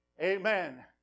Amen